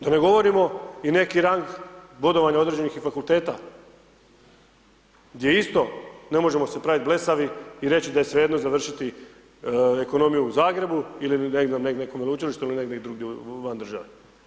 Da ne govorimo i neki rang bodovanja i određenih fakulteta gdje isto ne možemo se praviti blesavi i reći da je svejedno završiti ekonomiju u Zagrebu ili nekom veleučilištu ili negdje drugdje van države.